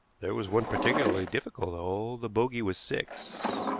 there was one particularly difficult hole. the bogey was six.